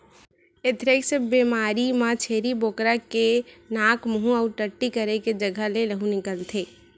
anthrax बेमारी म छेरी बोकरा के नाक, मूंह अउ टट्टी करे के जघा ले लहू निकलथे